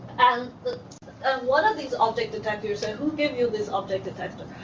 and one of these object detector say, who gave you this object detector?